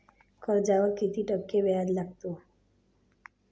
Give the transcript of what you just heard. कर्जावर किती टक्के व्याज लागते?